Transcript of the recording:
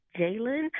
Jalen